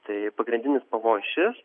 tai pagrindinis pavojus šis